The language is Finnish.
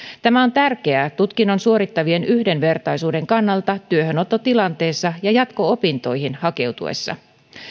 tämä on tärkeää tutkinnon suorittavien yhdenvertaisuuden kannalta työhönottotilanteessa ja jatko opintoihin hakeuduttaessa